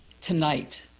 tonight